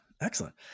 Excellent